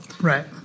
Right